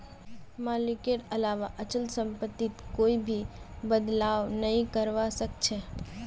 मालिकेर अलावा अचल सम्पत्तित कोई भी बदलाव नइ करवा सख छ